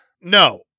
No